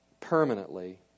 permanently